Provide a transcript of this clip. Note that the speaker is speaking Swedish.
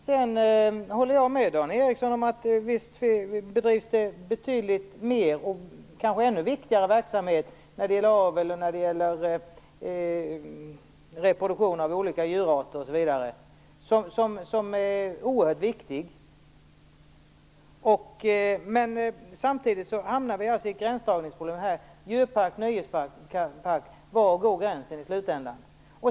Jag håller med Dan Ericsson om att det bedrivs en oerhört viktig verksamhet när det gäller avel eller reproduktion av olika djurarter. Men samtidigt hamnar vi alltså i ett gränsdragningsproblem, var gränsen går mellan djurpark och nöjespark i slutändan.